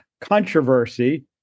controversy